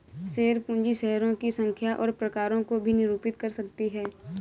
share पूंजी शेयरों की संख्या और प्रकारों को भी निरूपित कर सकती है